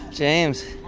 james,